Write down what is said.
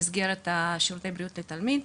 במסגרת שירותי הבריאות לתלמיד.